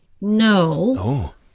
no